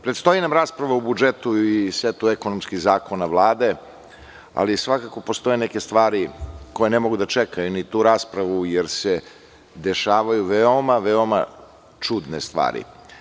Predstoji nam rasprava o budžetu i setu ekonomskih zakona Vlade, ali svakako postoje neke stvari koje ne mogu da čekaju ni tu raspravu, jer se dešavaju veoma, veoma čudne stvari.